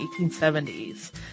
1870s